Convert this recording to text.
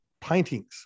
paintings